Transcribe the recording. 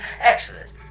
Excellent